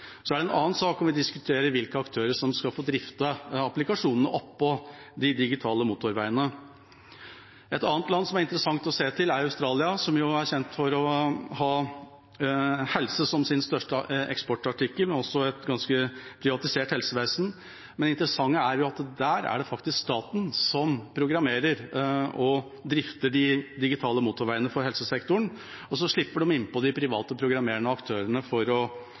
er også en annen sak vi må diskutere: hvilke aktører som skal få drifte applikasjonene oppå de digitale motorveiene. Et annet land som er interessant å se til, er Australia, som er kjent for å ha helse som sin største eksportartikkel, men også et ganske privatisert helsevesen. Det interessante er at der er det faktisk staten som programmerer og drifter de digitale motorveiene for helsesektoren, og så slipper de inn de private programmererne og aktørene for å